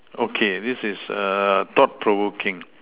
okay this is err thought provoking